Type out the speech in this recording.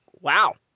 wow